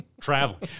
traveling